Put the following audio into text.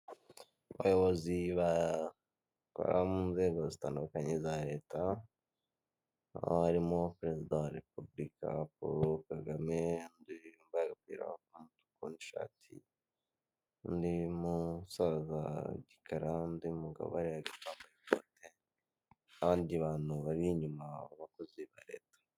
abayobozi bakora mu nzego zitandukanye za leta aho harimo perezida wa repubulika paul kagame uyu wambaye umupira w'umutuku n 'ishati undi numusaza w'igikara undi mugabo wambaye ikoti abandi bantu bari inyuma abakozi ba leta